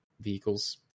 vehicles